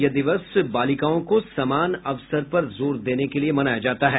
यह दिवस बालिकाओं को समान अवसर पर जोर देने के लिए मनाया जाता है